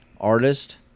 artist